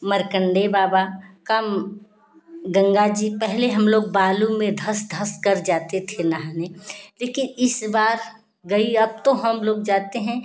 मार्कण्डेय बाबा का गंगा जी पहले हम लोग बालू में धँस धँस कर जाते थे नहाने लेकिन इसबार गई अब तो हम लोग जाते हैं